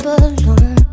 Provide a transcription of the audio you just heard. alone